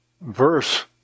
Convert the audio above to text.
verse